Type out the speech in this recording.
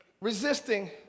resisting